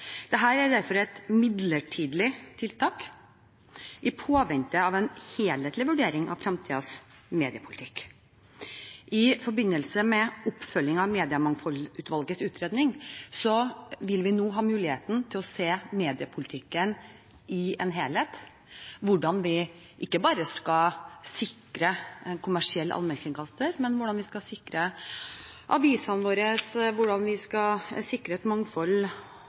er derfor et midlertidig tiltak i påvente av en helhetlig vurdering av framtidens mediepolitikk. I forbindelse med oppfølging av Mediemangfoldsutvalgets utredning vil vi nå ha muligheten til å se mediepolitikken i helhet, ikke bare hvordan vi skal sikre en kommersiell allmennkringkaster, men hvordan vi skal sikre avisene våre, hvordan vi skal sikre et mangfold